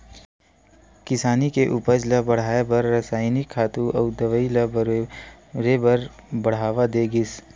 किसानी के उपज ल बड़हाए बर रसायनिक खातू अउ दवई ल बउरे बर बड़हावा दे गिस